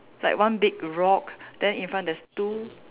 like one big rock then in front there's two